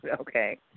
Okay